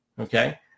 okay